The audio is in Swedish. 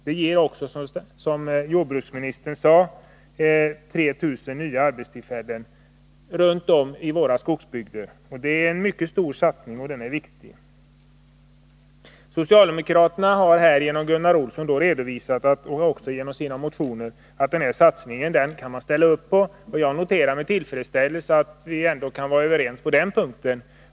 Det ger, som jordbruksministern sade, 3 000 nya arbetstillfällen runt om i våra skogsbygder. Det är en mycket stor och viktig satsning. Socialdemokraterna har genom Gunnar Olsson — och också i sin motion — sagt att man kan ställa upp på denna satsning, och jag noterar med tillfredsställelse att vi ändå kan vara överens på den punkten.